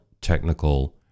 technical